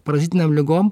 parazitinėm ligom